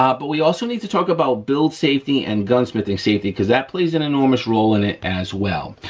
um but we also need to talk about build safety and gunsmithing safety, cause that plays an enormous role in it as well.